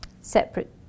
separate